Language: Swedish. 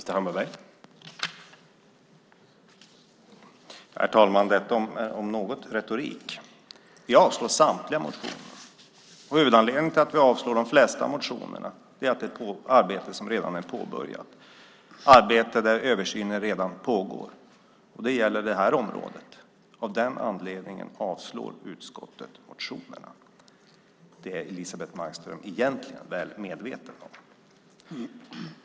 Herr talman! Detta om något är retorik. Vi avstyrker samtliga motioner. Huvudanledningen är i de flesta fallen att det är arbete som redan är påbörjat, arbete där översyn redan pågår. Det gäller det här området. Av den anledningen avstyrker utskottet motionerna. Det är Elisebeht Markström egentligen väl medveten om.